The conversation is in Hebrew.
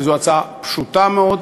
כי זו הצעה פשוטה מאוד,